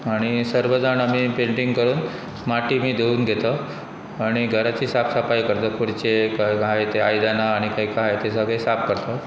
आनी सर्व जाण आमी पेंटींग करून माटी बी धवरून घेतता आनी घराची साफ सफाय करता खुर्चे तें आयदानां आनी काय तें सगळें साफ करता